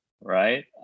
Right